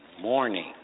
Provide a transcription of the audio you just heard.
morning